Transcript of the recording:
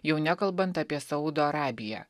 jau nekalbant apie saudo arabiją